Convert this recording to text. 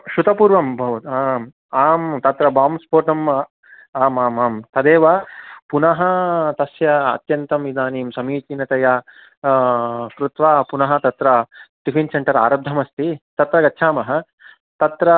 श्रुतपूर्वम् बहु आम् आम् तत्र बाम् स्पोटं आम् आम् आम् तदेव पुनः तस्य अत्यन्तं इदानीं समीचीनतया कृत्वा पुनः तत्र टिफ़िन् सेण्टर् आरब्धम् अस्ति तत्र गच्छामः तत्र